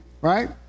right